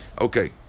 Okay